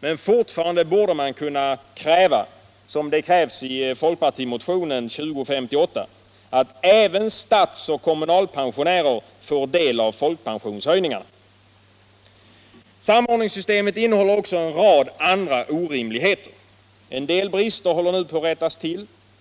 Men fortfarande borde man kunna kräva — det görs i fp-motionen 1975/76:2058 — att ”även statsoch kommunalpensionärer får del av folkpensionshöjningarna”. Samordningssystemet innehåller också en rad andra orimligheter. En del brister håller nu på att rättas till.